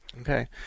okay